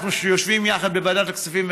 אנחנו יושבים יחד בוועדת הכספים,